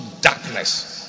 darkness